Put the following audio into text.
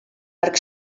arc